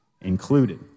included